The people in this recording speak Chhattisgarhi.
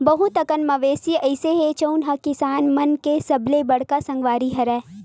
बहुत कन मवेशी अइसे हे जउन ह किसान मन के सबले बड़का संगवारी हरय